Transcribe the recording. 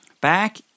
Back